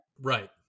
Right